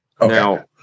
Now